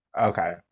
Okay